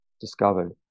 discovered